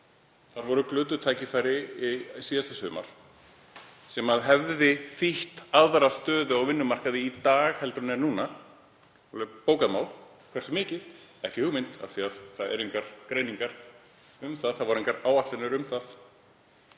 Það voru glötuð tækifæri síðasta sumar sem hefði þýtt aðra stöðu á vinnumarkaði í dag en er núna. Alveg bókað mál. Hversu mikið? Ekki hugmynd, af því að það eru engar greiningar um það, það voru engar áætlanir um það.